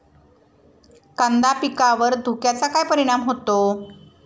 कांदा पिकावर धुक्याचा काय परिणाम होतो?